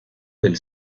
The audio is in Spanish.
del